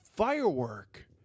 Firework